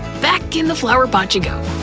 back in the flower pot you go!